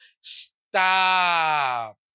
stop